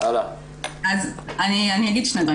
אני אגיד שני דברים.